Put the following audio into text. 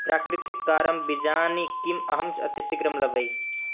प्राकृतिक् कारं बीजानि किम् अहं अतिशीघ्रं लभै